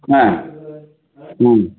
ह हुं